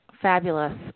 fabulous